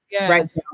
Right